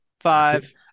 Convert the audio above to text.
five